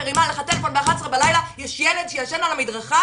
מרימה אליך טלפון ב-11 בלילה שיש ילד שישן על המדרכה,